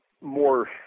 more